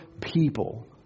people